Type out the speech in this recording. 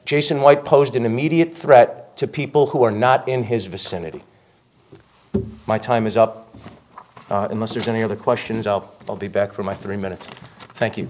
jason white posed an immediate threat to people who are not in his vicinity my time is up and most there's any other questions i'll be back for my three minutes thank you